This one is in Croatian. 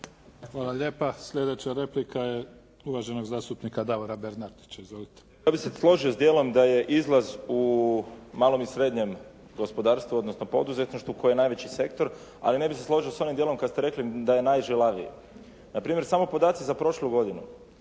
Hvala lijepa. Sljedeća replika je uvaženog zastupnika Davora Bernardića. Izvolite. **Bernardić, Davor (SDP)** Ja bih se složio s dijelom da je izlaz u malom i srednjem gospodarstvu, odnosno poduzetništvu koje je najveći sektor, ali ne bih se složio s onim dijelom kad ste rekli da je najžilaviji. Na primjer, samo podaci za prošlu godinu